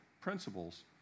principles